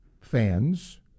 fans